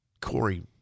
Corey